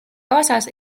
kaasas